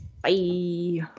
bye